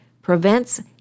prevents